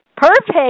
Perfect